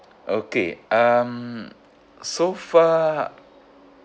okay um so far